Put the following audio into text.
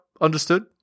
understood